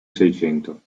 seicento